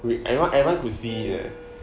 we everyone everyone could see leh